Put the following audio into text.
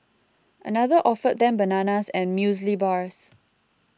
another offered them bananas and muesli bars